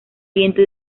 viento